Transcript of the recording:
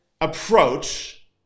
approach